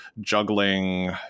juggling